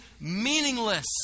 meaningless